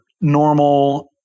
normal